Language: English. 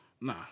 Nah